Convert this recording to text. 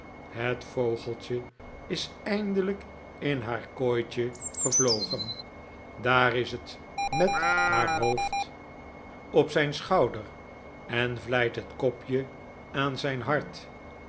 het vogeltje is eindelijk in haar kooitje gevlogen daar is het met haar hoofd op zijn schouder en vlijt het kopje aan zijn hart